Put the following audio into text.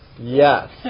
Yes